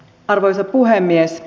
arvoisa puhemies